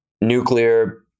nuclear